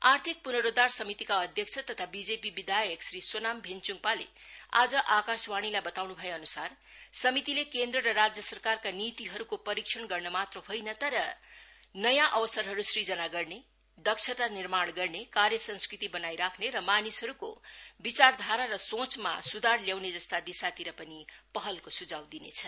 आर्थिक पुर्नरोद्वार समितिका अध्यक्ष तथा बीजीपी विधायक श्री सोनाम भेन्चुङपाले आज आकाशवाणीलाई बताउनु भएअनुसार समितिले केन्द्र र राज्य सरकारका नीतिहरूको परीक्षण गर्नमात्र होइन तर नयाँ अवसरहरू सृजना गर्ने दक्षता निर्माण गर्ने कार्य संस्कृति बनाईराख्ने र मानिसको विचारधारा र सोचमा सुधार ल्याउने जस्ता दिशातिर पनि पहलको सुझाव दिनेछ